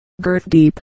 girth-deep